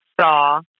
saw